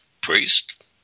priest